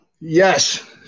Yes